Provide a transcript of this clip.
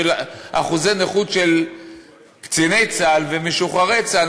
של אחוזי נכות של קציני צה"ל ומשוחררי צה"ל,